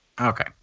Okay